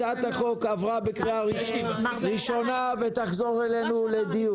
הצעת החוק עברה בקריאה ראשונה ותחזור אלינו לדיון.